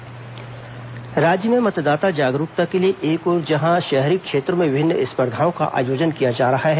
मतदाता जागरूकता अभियान राज्य में मतदाता जागरूकता के लिए एक ओर जहां शहरी क्षेत्रों में विभिन्न स्पर्धाओं का आयोजन किया जा रहा है